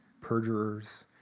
perjurers